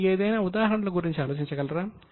మీరు ఏదైనా ఉదాహరణల గురించి ఆలోచించగలరా